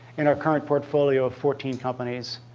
in our current portfolio of fourteen companies,